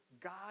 God